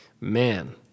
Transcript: man